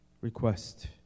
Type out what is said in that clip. request